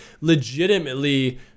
legitimately